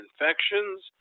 infections